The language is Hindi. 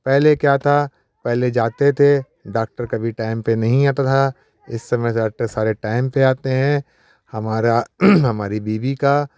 पहले क्या था पहले जाते थे डाक्टर कभी टाइम पे नहीं आता था इस समय डाक्टर सारे टाइम पे आते हैं हमारा हमारी बीबी का